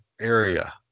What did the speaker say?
area